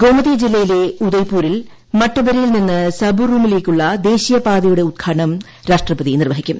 ഗോമതി ജില്ലയിലെ ഉദയ്പൂരിൽ മട്ടബരിയിൽ നിന്ന് സബറൂമിലേക്കുള്ള ദേശീയ പാതയുടെ ഉദ്ഘാടനം രാഷ്ട്രപതി നിർവ്വഹിക്കും